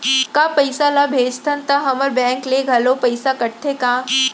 का पइसा ला भेजथन त हमर बैंक ले घलो पइसा कटथे का?